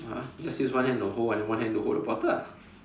no ah just use one hand to hold and then one hand to hold the bottle ah